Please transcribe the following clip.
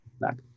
back